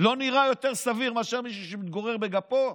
זה לא נראה יותר סביר מאשר למישהו שמתגורר בגפו?